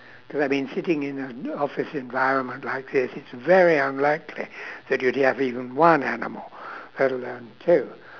cause I've been sitting in an office environment like this it's very unlikely that you'd have even have one animal let alone two